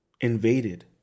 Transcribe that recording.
Invaded